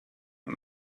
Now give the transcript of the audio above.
and